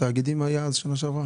100 תאגידים חדשים בשנה שעברה